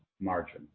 margin